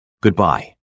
Goodbye